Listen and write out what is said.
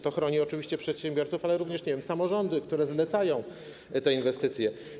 To chroni oczywiście przedsiębiorców, ale również samorządy, które zlecają te inwestycje.